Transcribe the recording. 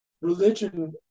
religion